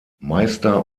meister